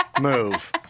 move